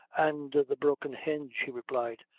and the broken hinge, he replied.